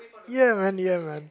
ya man ya man